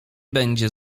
będzie